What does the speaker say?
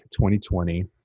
2020